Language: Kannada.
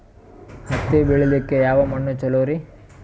ಹತ್ತಿ ಬೆಳಿಲಿಕ್ಕೆ ಯಾವ ಮಣ್ಣು ಚಲೋರಿ?